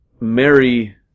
Mary